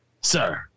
Sir